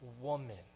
woman